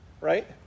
Right